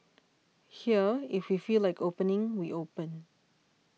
here if we feel like opening we open